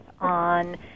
on